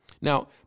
Now